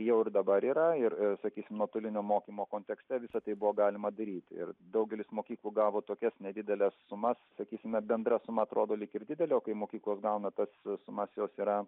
jau ir dabar yra ir sakysim nuotolinio mokymo kontekste visa tai buvo galima daryti ir daugelis mokyklų gavo tokias nedideles sumas sakysime bendra suma atrodo lyg ir didelė o kai mokyklos gauna tas sumas jos yra